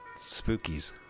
spookies